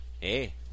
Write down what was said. Hey